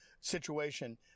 situation